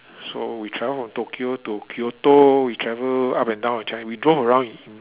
so we travel from Tokyo to Kyoto we travel up and down we drove around in